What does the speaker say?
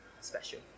special